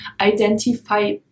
identify